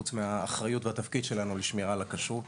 חוץ מהאחריות והתפקיד שלנו לשמירה על הכשרות,